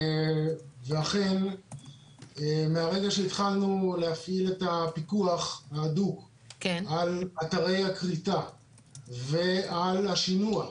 אכן מהרגע שהתחלנו להפעיל את הפיקוח ההדוק על אתרי הכריתה ועל השינוע,